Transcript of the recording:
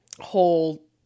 whole